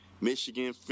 michigan